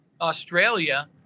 Australia